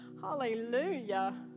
hallelujah